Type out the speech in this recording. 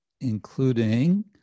including